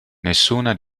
nessuna